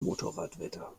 motorradwetter